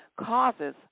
causes